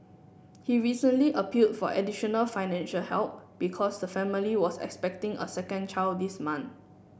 he recently appealed for additional financial help because the family was expecting a second child this month